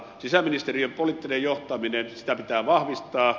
sisäministeriön poliittista johtamista pitää vahvistaa